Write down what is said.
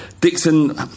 Dixon